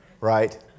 right